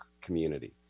community